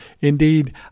Indeed